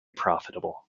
profitable